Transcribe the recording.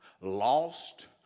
lost